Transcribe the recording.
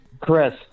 Chris